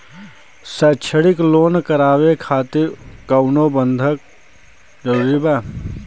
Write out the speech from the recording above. शैक्षणिक लोन करावे खातिर कउनो बंधक जरूरी बा?